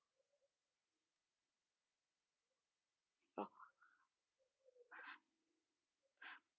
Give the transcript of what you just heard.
orh